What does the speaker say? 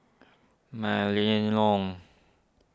Mylene Ong